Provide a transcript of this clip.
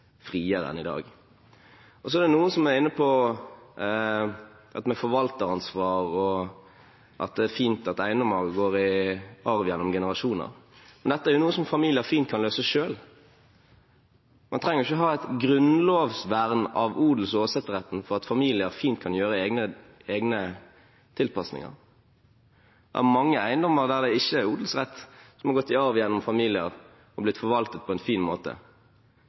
friere enn i dag. Så er det noen som er inne på forvalteransvar, og at det er fint at eiendommer går i arv gjennom generasjoner. Men dette er noe som familier fint kan løse selv. Man trenger ikke å ha et grunnlovsvern av odels- og åsetesretten for at familier fint kan gjøre egne tilpasninger. Det er mange eiendommer der det ikke er odelsrett som har gått i arv gjennom familier, og har blitt forvaltet på en fin måte.